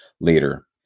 later